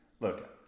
Look